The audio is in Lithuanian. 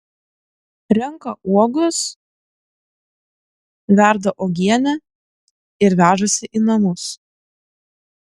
renka uogas verda uogienę ir vežasi į namus